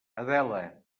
adela